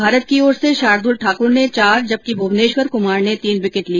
भारत की ओर से शार्दुल ठाकूर ने चार जबकि भुवनेश्वर कुमार ने तीन विकेट लिए